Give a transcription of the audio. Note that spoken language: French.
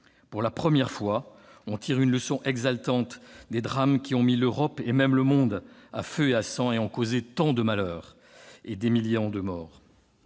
Pour la première fois, on tire une leçon exaltante des drames qui ont mis l'Europe et même le monde à feu et à sang et ont causé tant de malheurs et des millions de morts.